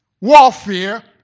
warfare